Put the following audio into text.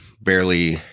barely